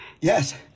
Yes